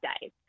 days